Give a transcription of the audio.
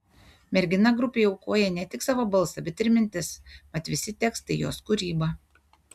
mergina grupei aukoja ne tik savo balsą bet ir mintis mat visi tekstai jos kūryba